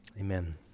Amen